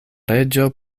reĝo